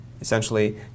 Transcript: Essentially